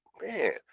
man